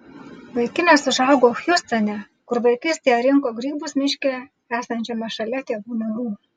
vaikinas užaugo hjustone kur vaikystėje rinko grybus miške esančiame šalia tėvų namų